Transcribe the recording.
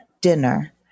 dinner